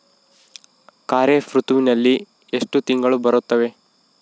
ಖಾರೇಫ್ ಋತುವಿನಲ್ಲಿ ಎಷ್ಟು ತಿಂಗಳು ಬರುತ್ತವೆ?